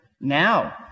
now